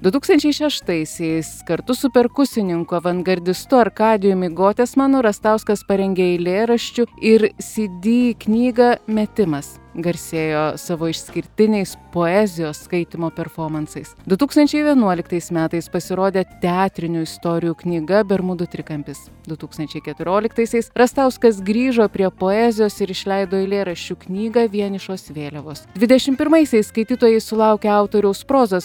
du tūkstančiai šeštaisiais kartu su perkusininku avangardistu arkadijumi gotesmanu rastauskas parengė eilėraščių ir cd knygą metimas garsėjo savo išskirtiniais poezijos skaitymo perfomansais du tūkstančiai vienuoliktais metais pasirodė teatrinių istorijų knyga bermudų trikampis du tūkstančiai keturioliktaisiais rastauskas grįžo prie poezijos ir išleido eilėraščių knygą vienišos vėliavos dvidešim pirmaisiais skaitytojai sulaukė autoriaus prozos